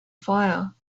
fire